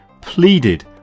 pleaded